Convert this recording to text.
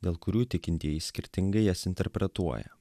dėl kurių tikintieji skirtingai jas interpretuoja